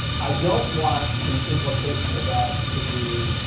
i don't want the implication of that to be,